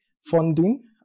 Funding